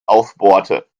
aufbohrte